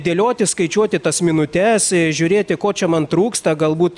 dėlioti skaičiuoti tas minutes žiūrėti ko čia man trūksta galbūt